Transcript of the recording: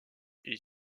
est